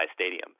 Stadium